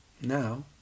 Now